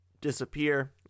disappear